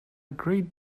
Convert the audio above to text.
great